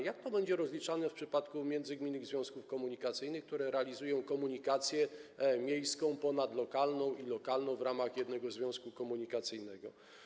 Jak to będzie rozliczane w przypadku międzygminnych związków komunikacyjnych, które realizują komunikację miejską ponadlokalną i lokalną w ramach jednego związku komunikacyjnego?